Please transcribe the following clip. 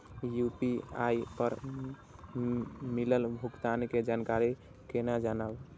UPI पर मिलल भुगतान के जानकारी केना जानब?